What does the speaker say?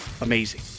amazing